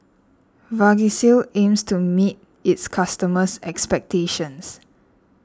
Vagisil aims to meet its customers' expectations